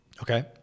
Okay